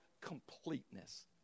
completeness